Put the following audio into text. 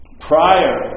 prior